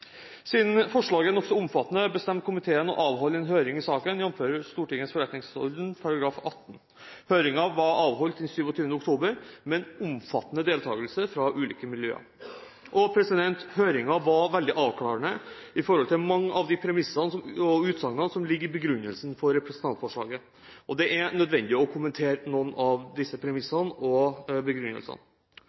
Siden forslaget er nokså omfattende, bestemte komiteen å avholde en høring i saken, jf. Stortingets forretningsorden § 18. Høringen ble avholdt den 27. oktober, med omfattende deltakelse fra ulike miljøer. Høringen var veldig avklarende i forhold til mange av de premissene og utsagnene som ligger i begrunnelsen for representantforslaget. Det er nødvendig å kommentere noen av disse premissene og begrunnelsene.